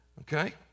okay